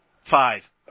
Five